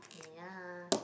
ya